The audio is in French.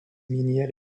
minière